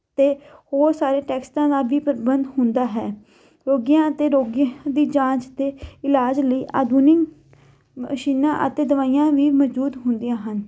ਅਤੇ ਹੋਰ ਸਾਰੇ ਟੈਸਟਾਂ ਦਾ ਵੀ ਪ੍ਰਬੰਧ ਹੁੰਦਾ ਹੈ ਰੋਗੀਆਂ ਅਤੇ ਰੋਗੀਆਂ ਦੀ ਜਾਂਚ ਦੇ ਇਲਾਜ ਲਈ ਆਧੁਨਿਕ ਮਸ਼ੀਨਾਂ ਅਤੇ ਦਵਾਈਆਂ ਵੀ ਮੌਜੂਦ ਹੁੰਦੀਆਂ ਹਨ